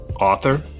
Author